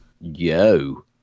yo